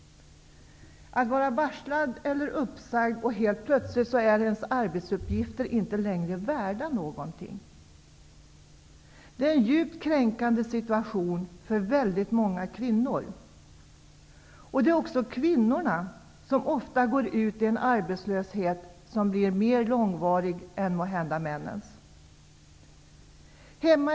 Att vara varslad eller uppsagd, att ens arbetsuppgifter helt plötsligt inte är värda någonting är en djupt kränkande situation för väldigt många kvinnor. Kvinnorna går också ofta ut i en arbetslöshet som blir mer långvarig än männens.